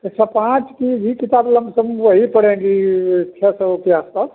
कच्छा पाँच की भी किताब लमसम वही पड़ेंगी छः सौ के आस पास